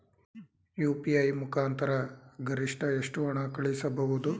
UPI ಮುಖಾಂತರ ಗರಿಷ್ಠ ಎಷ್ಟು ಹಣ ಕಳಿಸಬಹುದು?